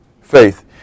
faith